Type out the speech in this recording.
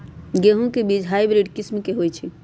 गेंहू के बीज हाइब्रिड किस्म के होई छई?